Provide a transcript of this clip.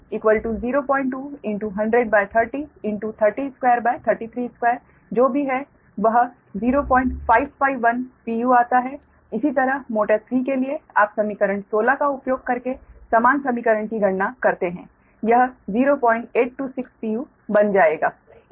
तो Xm2new02 100 30 2 जो भी है वह 0551 pu आता है इसी तरह मोटर 3 के लिए आप समीकरण 16 का उपयोग करके समान समीकरण की गणना करते हैं यह 0826 pu बन जाएंगा